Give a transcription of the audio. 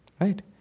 Right